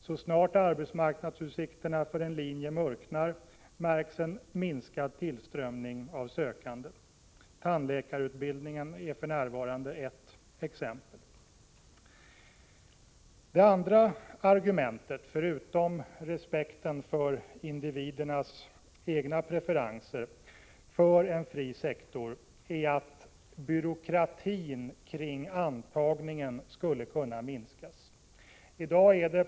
Så snart arbetsmarknadsutsikterna för studerande på en linje mörknar, märks en minskad tillströmning av sökande. Tandläkarutbildningen är för närvarande ett exempel. Det andra argumentet för en fri sektor, förutom respekten för individernas egna preferenser, är att byråkratin kring antagningen skulle kunna minskas.